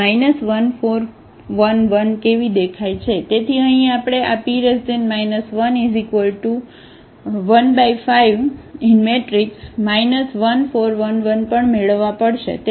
તેથી અહીં આપણે આP 115 1 4 1 1 પણ મેળવવા પડશે તે ઉલ્ટું છે